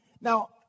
Now